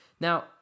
Now